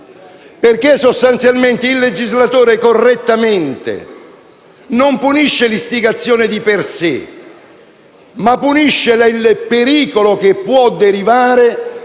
sostanzialmente il legislatore correttamente punisce non l'istigazione di per sé, ma il pericolo che può derivare